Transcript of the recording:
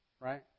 right